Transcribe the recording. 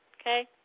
okay